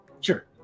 Sure